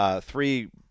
three